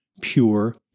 pure